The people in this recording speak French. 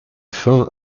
fin